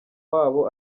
wabo